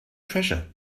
treasure